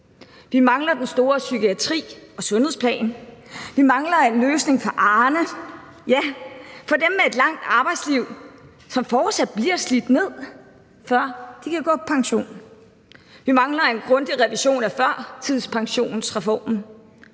Vi mangler den store psykiatri- og sundhedsplan; vi mangler en løsning for Arne – ja, for dem med et langt arbejdsliv, som fortsat bliver slidt ned, før de kan gå på pension; vi mangler en grundig revision af førtidspensionsreformen.